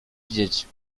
dziećmi